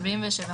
47,